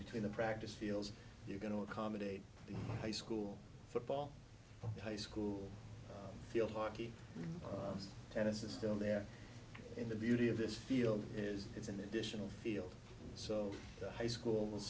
between the practice fields you're going to accommodate high school football high school field hockey tennis is still there in the beauty of this field is it's an additional field so the high school